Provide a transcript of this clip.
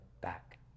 back